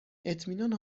اطمینان